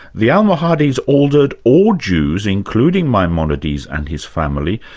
the almohades ordered all jews, including maimonides and his family,